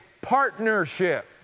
partnership